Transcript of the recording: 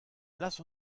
lass